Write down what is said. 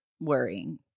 worrying